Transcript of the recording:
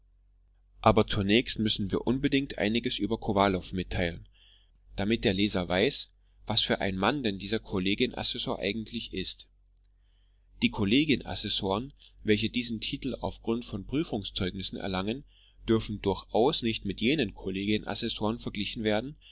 aber zunächst müssen wir unbedingt einiges über kowalow mitteilen damit der leser weiß was für ein mann denn dieser kollegien assessor eigentlich ist die kollegien assessoren welche diesen titel auf grund von prüfungszeugnissen erlangen dürfen durchaus nicht mit jenen kollegien assessoren verglichen werden